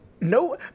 No